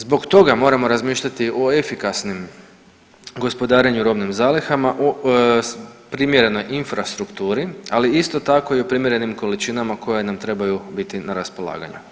Zbog toga moramo razmišljati o efikasnim gospodarenju robnim zalihama, primjerenoj infrastrukturi, ali isto tako i o primjerenim količinama koje nam trebaju biti na raspolaganju.